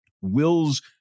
Will's